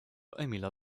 emila